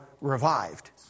revived